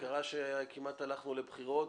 קרה שכמעט הלכנו לבחירות,